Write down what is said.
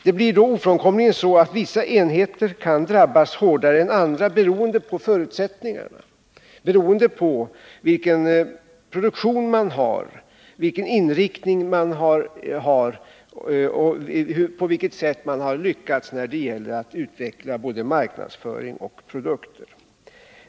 Det blir ofrånkomligt så att vissa enheter kan drabbas hårdare än andra beroende på förutsättningarna, beroende på vilken produktion de har, vilken inriktning de . har och på vilket sätt de har lyckats när det gäller att utveckla både marknadsföring och produkter.